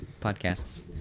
podcasts